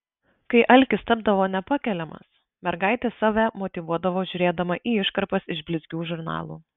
kai alkis tapdavo nepakeliamas mergaitė save motyvuodavo žiūrėdama į iškarpas iš blizgių žurnalų